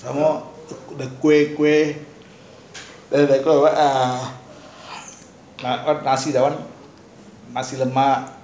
some more the kuih kuih the what ah nasi rendang nasi lemak